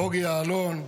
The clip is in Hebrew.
בוגי יעלון,